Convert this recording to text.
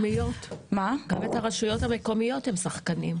גם הרשויות המקומיות הם שחקנים.